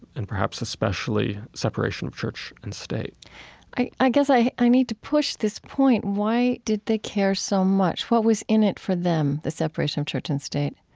and perhaps especially separation of church and state i i guess i i need to push this point. why why did they care so much? what was in it for them, the separation of church and state?